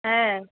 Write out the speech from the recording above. হ্যাঁ